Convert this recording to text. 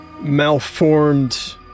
malformed